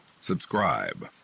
subscribe